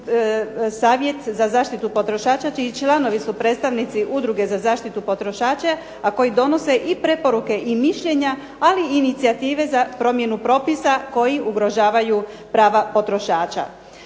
i kroz Savjet za zaštitu potrošača čiji članovi su predstavnici Udruge za zaštitu potrošača, a koji donose i preporuke i mišljenja, ali i inicijative za promjenu propisa koji ugrožavaju prava potrošača.